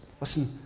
listen